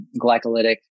glycolytic